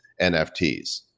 NFTs